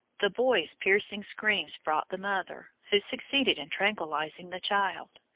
the boy's piercing screams brought the mother, who succeeded in tranquillising the child.